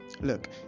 Look